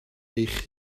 eich